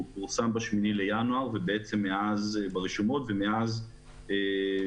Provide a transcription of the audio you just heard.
הוא פורסם ברשומות ב-8 בינואר ומאז התחלנו